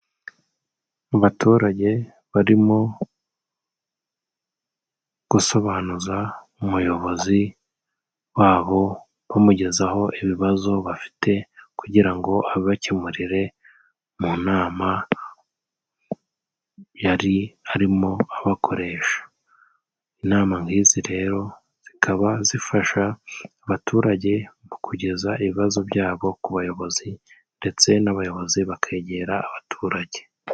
Mu baturage barimo gusobanuza umuyobozi wabo bamugezaho ibibazo bafite kugira ngo abibakemurire mu nama yari arimo abakoresha. Inama nk'izi rero zikaba zifasha abaturage mu kugeza ibibazo byabo ku bayobozi ndetse n'abayobozi bakegera abaturage.